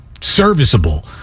serviceable